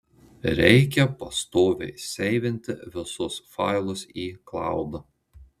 reikia pastoviai seivinti visus failus į klaudą